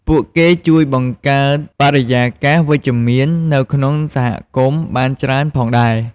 ពួកគេជួយបង្កើតបរិយាកាសវិជ្ជមាន នៅក្នុងសហគមន៍បានច្រើនផងដែរ។